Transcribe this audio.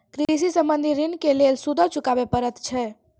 कृषि संबंधी ॠण के लेल सूदो चुकावे पड़त छै?